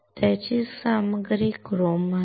त्याची सामग्री क्रोम आहे